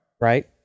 Right